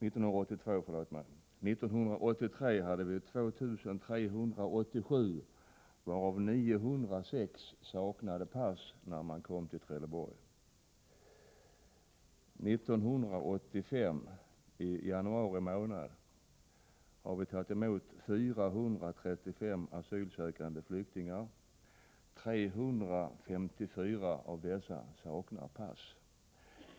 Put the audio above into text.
1983 hade vi 2 387, varav 906 saknade pass, när de kom till Trelleborg. I januari månad 1985 har vi tagit emot 435 asylsökande flyktingar. 354 av dessa saknade pass.